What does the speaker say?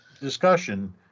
discussion